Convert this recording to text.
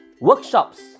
Workshops